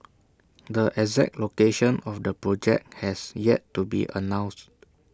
the exact location of the project has yet to be announced